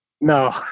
No